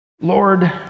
Lord